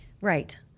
Right